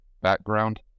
background